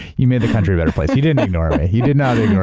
you made the country a better place, you didn't ignore me, you did not ignore